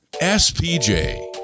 SPJ